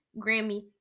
Grammy